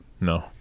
No